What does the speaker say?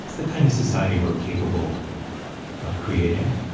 the kind of society we're capable of creating.